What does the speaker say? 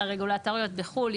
הרגולטוריות בחו"ל.